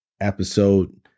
episode